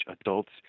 adults